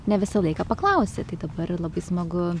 ne visą laiką paklausi tai dabar ir labai smagu